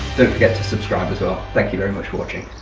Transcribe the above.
don't forget to subscribe as well. thank you very much for watching